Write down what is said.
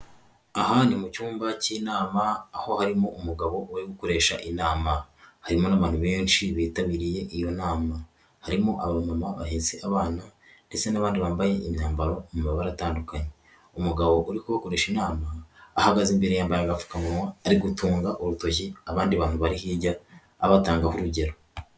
Aha ni mu cyumba cy'inama aho harimo umugabo uri gukoresha inama. Harimo n'abantu benshi bitabiriye iyo nama. Harimo abamama bahetse abana ndetse n'abandi bambaye imyambaro mu mabara atandukanye. Umugabo uri gubakoresha inama ahagaze imbere yambaye agapfukamuwa ari gutunga urutoki abandi bantu bari hirya abatangaho urugero.